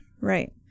right